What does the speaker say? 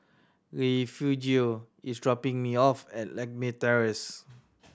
Refugio is dropping me off at Lakme Terrace